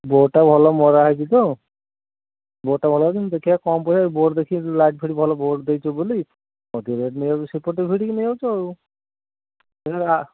ବୋର୍ଡ଼ଟା ଭଲ ମରା ହେଇଛି ତ ବୋର୍ଡ଼ଟା ଭଲ ଅଛି ଦେଖିଆ କମ୍ ପଇସା ବୋର୍ଡ଼ ଦେଖିକି ଲାଇଟ୍ ଫାଇଟ୍ ଭଲ ବୋର୍ଡ଼ ଦେଇଛି ବୋଲି ଅଧିକ ରେଟ୍ ନେଇଯାଉଛ ସେପଟେ ଭିଡ଼ିକି ନେଇଯାଉଛ ଆଉ